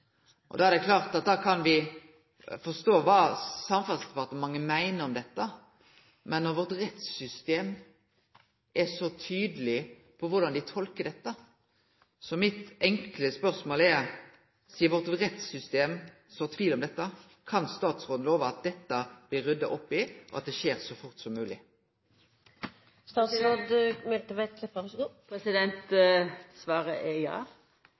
er klart at me kan forstå kva Samferdselsdepartementet meiner om dette, men når vårt rettssystem er så tydeleg på korleis dei tolker dette, er mitt enkle spørsmål – sidan vårt rettssystem altså sår tvil om dette: Kan statsråden love at dette blir rydda opp i, og at det skjer så fort som mogleg? Svaret er ja, eg ynskjer at dette skal bli rydda opp i så fort som mogleg. Her er